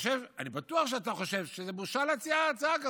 אני בטוח שאתה חושב שזו בושה להציע הצעה כזאת,